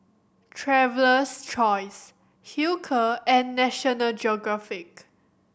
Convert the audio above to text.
Traveler's Choice Hilker and National Geographic